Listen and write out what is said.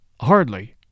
Hardly